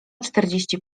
czterdzieści